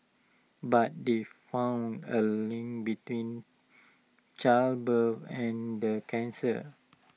but they found A link between childbirth and the cancer